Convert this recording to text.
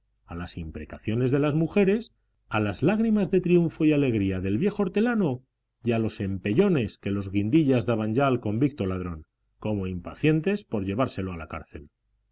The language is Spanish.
a las imprecaciones de las mujeres a las lágrimas de triunfo y alegría del viejo hortelano y a los empellones que los guindillas daban ya al convicto ladrón como impacientes por llevárselo a la cárcel